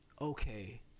okay